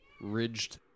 Ridged